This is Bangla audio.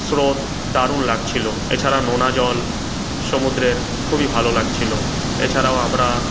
স্রোত দারুণ লাগছিলো এছাড়া নোনা জল সমুদ্রের খুবই ভালো লাগছিলো এছাড়াও আমরা